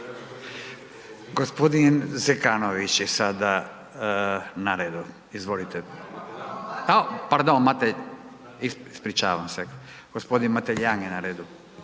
g. Zekanović je sada na redu, izvolite. A pardon, Matelj, ispričavam se. g. Mateljan je na redu.